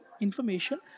information